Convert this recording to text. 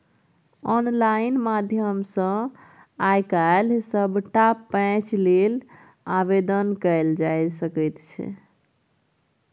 online माध्यम सँ आय काल्हि सभटा पैंच लेल आवेदन कएल जाए सकैत छै